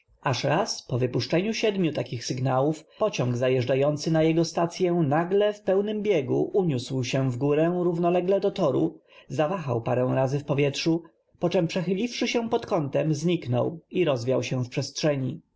aż raz po w ypuszczeniu siedm iu takich znaków p o ciąg zajeżdżający na jego stacyę nagle w peł nym biegu uniósł się w górę rów nolegle do to ru zaw ahał p arę razy w pow ietrzu p o czerń przechyliwszy się p o d kątem zniknął i rozw iał się w przestrzeni